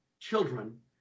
children